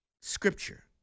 scripture